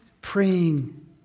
praying